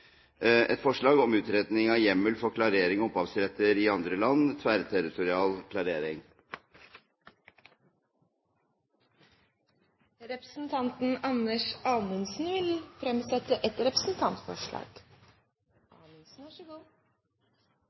et forslag om utredning av hjemmel for klarering av opphavsrettigheter fra andre land, tverrterritorial klarering. Representanten Anders Anundsen vil framsette et